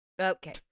Okay